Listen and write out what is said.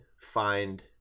find